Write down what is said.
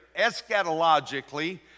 eschatologically